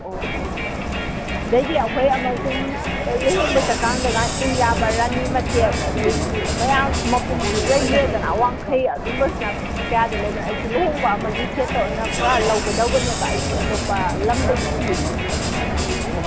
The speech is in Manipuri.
ꯑꯣ ꯑꯣ ꯑꯗꯩꯗꯤ ꯑꯩꯈꯣꯏ ꯑꯃꯁꯨꯡ ꯂꯨꯍꯣꯡꯕ ꯆꯠꯀꯥꯟꯗꯒ ꯏꯟꯕ ꯌꯥꯕ ꯔꯥꯅꯤ ꯃꯇꯦꯛ ꯑꯗꯩꯗꯤ ꯃꯌꯥꯝ ꯃꯄꯨꯝ ꯂꯩꯏꯈ꯭ꯔꯦꯗꯅ ꯋꯥꯡꯈꯩ ꯑꯗꯨꯝꯕꯁꯤꯅ ꯀꯌꯥ ꯀꯌꯥꯗ ꯂꯩꯕꯅꯣ ꯑꯩꯁꯤ ꯂꯨꯍꯣꯡꯕ ꯑꯃꯒꯤ ꯁꯦꯠꯇ ꯑꯣꯏꯅ ꯄꯨꯔꯥ ꯂꯧꯒꯗꯧꯕꯅꯦꯕ ꯑꯩꯁꯦ ꯑꯇꯣꯞꯄ ꯂꯝꯗꯒꯤꯅꯦ ꯑꯗꯨꯒꯤ